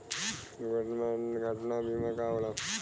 दुर्घटना बीमा का होला?